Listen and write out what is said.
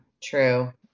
true